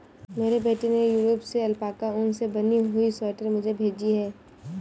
मेरे बेटे ने यूरोप से अल्पाका ऊन से बनी हुई स्वेटर मुझे भेजी है